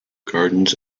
gardens